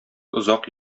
озак